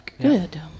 Good